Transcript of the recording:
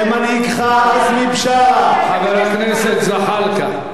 שמנהיגך עזמי בשארה, חבר הכנסת זחאלקה.